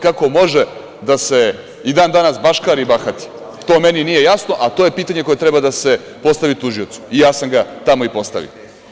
Kako može da se i dan danas baškari i bahati, to meni nije jasno, a to je pitanje koje treba da se postavi tužiocu i ja sam ga tamo i postavio.